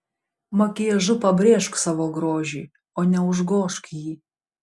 makiažu pabrėžk savo grožį o ne užgožk jį